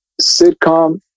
sitcom